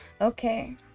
Okay